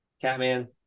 Catman